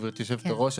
גברתי היושבת-ראש,